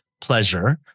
pleasure